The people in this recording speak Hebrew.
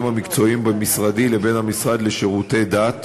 המקצועיים במשרדי לבין המשרד לשירותי דת.